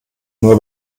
nur